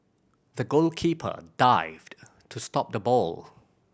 the goalkeeper dived to stop the ball